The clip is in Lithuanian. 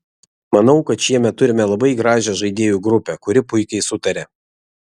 manau kad šiemet turime labai gražią žaidėjų grupę kuri puikiai sutaria